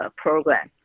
,program 。